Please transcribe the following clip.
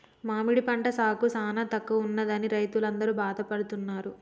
మామిడి పంట సాగు సానా తక్కువగా ఉన్నదని రైతులందరూ బాధపడుతున్నారు